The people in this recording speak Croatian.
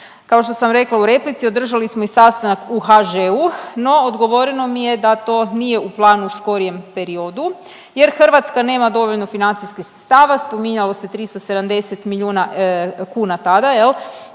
Kao što sam rekla u replici održali smo i sastanak u HŽ-u, no odgovoreno mi je da to nije u planu u skorijem periodu jer Hrvatska nema dovoljno financijskih sredstava. Spominjalo se 370 milijuna kuna tada, ali